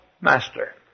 master